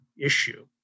issue